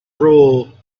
rule